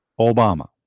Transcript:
Obama